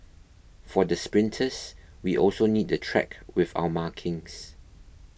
for the sprinters we also need the track with our markings